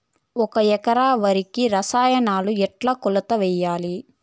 ఒక ఎకరా వరికి రసాయనాలు ఎట్లా కొలత వేయాలి?